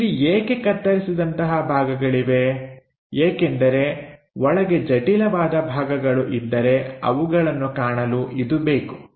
ಇಲ್ಲಿ ಏಕೆ ಕತ್ತರಿಸಿದಂತಹ ಭಾಗಗಳಿವೆ ಏಕೆಂದರೆ ಒಳಗೆ ಜಟಿಲವಾದ ಭಾಗಗಳು ಇದ್ದರೆ ಅವುಗಳನ್ನು ಕಾಣಲು ಇದು ಬೇಕು